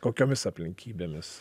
kokiomis aplinkybėmis